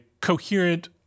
coherent